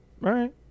Right